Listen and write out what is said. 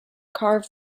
carve